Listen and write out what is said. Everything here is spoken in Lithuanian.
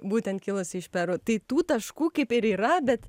būtent kilusį iš peru tai tų taškų kaip ir yra bet